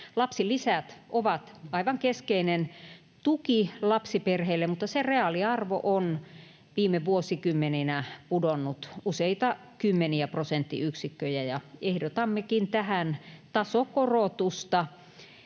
Lapsilisät ovat aivan keskeinen tuki lapsiperheille, mutta lapsilisän reaaliarvo on viime vuosikymmeninä pudonnut useita kymmeniä prosenttiyksikköjä. Ehdotammekin tähän tulevana